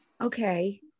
Okay